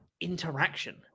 interaction